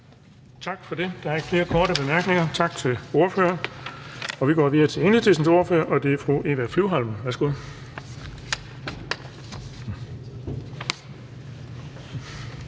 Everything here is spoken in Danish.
Bonnesen): Der er ikke flere korte bemærkninger. Tak til ordføreren. Vi går videre til Enhedslistens ordfører, og det er fru Eva Flyvholm. Værsgo.